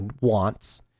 wants